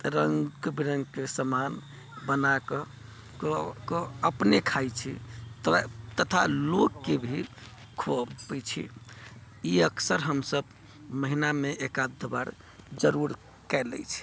रङ्ग विरङ्गके समान बना कऽ अपने खाइत छी तथा लोककेँ भी खुआबै छी ई अक्सर हमसब महिनामे एक आध बार जरुर कै लै छी